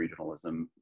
regionalism